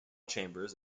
chambers